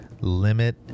limit